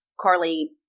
Carly